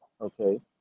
okay